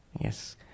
Yes